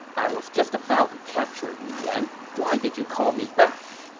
i was just about to capture li yan, why did you call me back?